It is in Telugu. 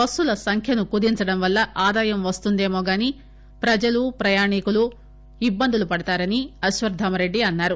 బస్సుల సంఖ్యను కుదించడం వల్ల ఆదాయం వస్తుందేమోగానీ ప్రజలు ప్రయాణికులు ఇబ్బందులు పడతారని అశ్వత్థామరెడ్డి అన్సారు